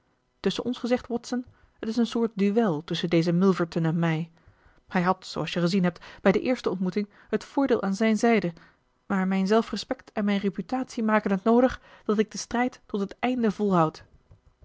tusschen ons gezegd watson het is een soort duel tusschen dezen milverton en mij hij had zooals je gezien hebt bij de eerste ontmoeting het voordeel aan zijn zijde maar mijn zelfrespect en mijn reputatie maken t noodig dat ik den strijd tot het einde volhoud